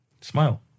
Smile